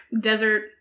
desert